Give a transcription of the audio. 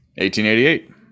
1888